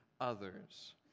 others